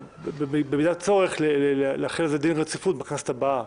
במידת הצורך, להחיל על זה דין רציפות בכנסת הבאה,